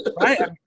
right